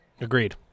Agreed